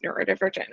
neurodivergent